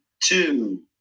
two